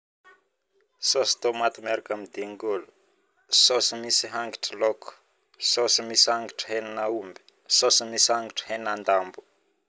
Saosy tomaty miaraka am dingolo, saosy misy hangitry loko, saosy misy hangitry hainamby, saosy misy hangitry henadambo